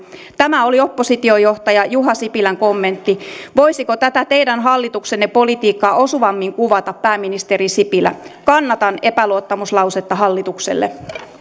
tämä oli oppositiojohtaja juha sipilän kommentti voisiko tätä teidän hallituksenne politiikkaa osuvammin kuvata pääministeri sipilä kannatan epäluottamuslausetta hallitukselle